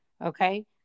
okay